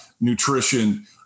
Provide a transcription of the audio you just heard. nutrition